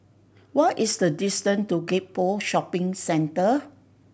what is the distance to Gek Poh Shopping Center